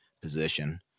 position